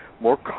more